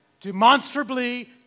Demonstrably